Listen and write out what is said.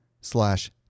slash